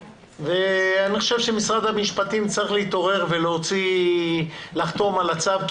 אני חושב שמשרד המשפטים צריך להתעורר ולחתום על הצו,